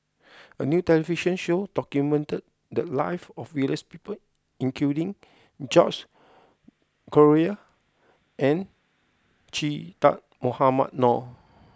a new television show documented the lives of various people including George Collyer and Che Dah Mohamed Noor